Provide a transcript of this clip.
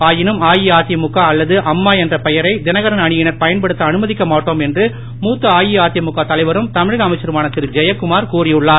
ஆயினும் அஇஅதிமுக அல்லது அம்மா என்ற பெயரை தினகரன் அணியினர் பயன்படுத்த அனுமதிக்க மாட்டோம் என்று மூத்த அஇஅதிமுக தலைவரும் தமிழக அமைச்சருமான திரு ஜெயக்குமார் கூறியுள்ளார்